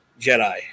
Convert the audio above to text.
Jedi